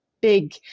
big